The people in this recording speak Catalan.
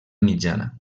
mitjana